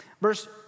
Verse